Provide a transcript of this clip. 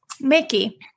Mickey